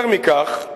יותר מכך,